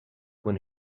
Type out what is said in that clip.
when